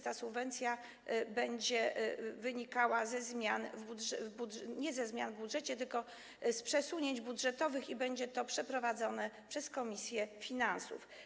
Ta subwencja będzie wynikała nie ze zmian w budżecie, tylko z przesunięć budżetowych, i będzie to przeprowadzone przez komisję finansów.